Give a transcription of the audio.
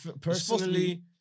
personally